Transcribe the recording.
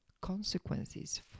consequences